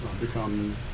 become